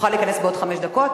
תוכל להיכנס בעוד חמש דקות.